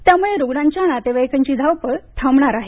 त्यामुळे रूग्णांच्या नातेवाईकांची धावपळ थांबणार आहे